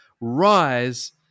rise